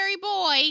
boy